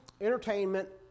Entertainment